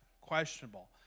questionable